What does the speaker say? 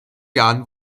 jahren